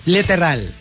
Literal